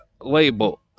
label